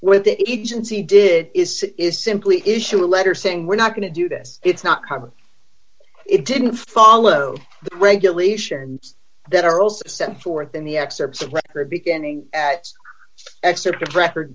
with the agency did is is simply issue a letter saying we're not going to do this it's not common it didn't follow the regulations that are also set forth in the excerpts of record beginning at excerpt of record